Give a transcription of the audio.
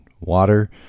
water